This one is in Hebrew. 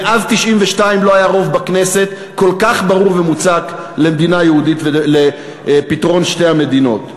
מאז 1992 לא היה בכנסת רוב כל כך ברור ומוצק לפתרון שתי המדינות.